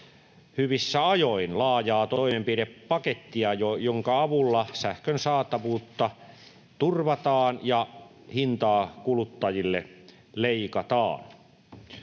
hyvissä ajoin laajaa toimenpidepakettia, jonka avulla sähkön saatavuutta turvataan ja hintaa kuluttajille leikataan.